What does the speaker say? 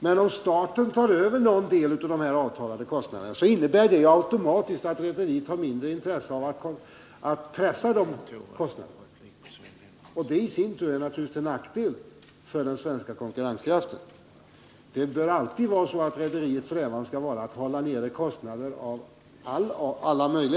Men om staten tar över någon del av dessa avtalade kostnader, så innebär det automatiskt att rederierna får mindre intresse av att pressa sina personalkostnader, och det är naturligtvis i sin tur till nackdel för den svenska konkurrenskraften. Rederiernas strävan bör alltid vara att hålla nere sina kostnader på alla områden.